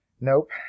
Nope